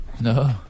No